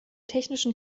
technischen